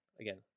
Again